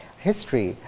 history,